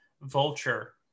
Vulture